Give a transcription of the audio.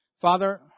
Father